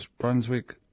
Brunswick